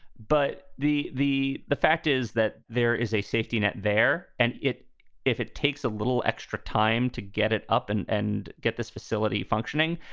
but the the the fact is that there is a safety net there and it if it takes a little extra time to get it up and and get this facility functioning.